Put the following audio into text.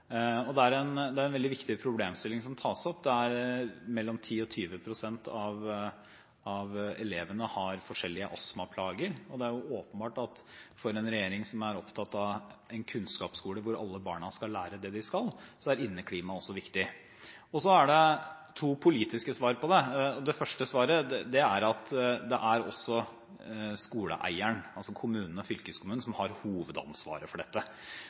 problemstilling som tas opp. Mellom 10 pst. og 20 pst. av elevene har forskjellige astmaplager, og det er åpenbart at for en regjering som er opptatt av en kunnskapsskole hvor alle barna skal lære det de skal, er inneklimaet også viktig. Det er to politiske svar på det. Det første svaret er at det er skoleeieren, altså kommunen og fylkeskommunen, som har hovedansvaret for dette,